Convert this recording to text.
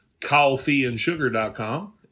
coffeeandsugar.com